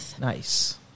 Nice